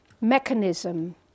mechanism